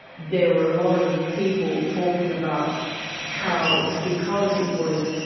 there were a lot of people talking about how because it was,